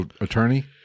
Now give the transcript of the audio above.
attorney